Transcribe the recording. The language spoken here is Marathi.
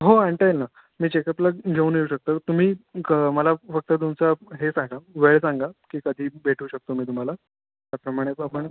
हो आणता येईल ना मी चेकअपला घेऊन येऊ शकतो तुम्ही क मला फक्त तुमचा हे सांगा वेळ सांगा की कधी भेटू शकतो मी तुम्हाला त्याप्रमाणे तो आपण